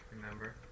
Remember